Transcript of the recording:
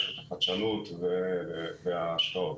הרשות לחדשנות וההשקעות.